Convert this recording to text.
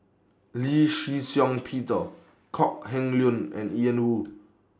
Lee Shih Shiong Peter Kok Heng Leun and Ian Woo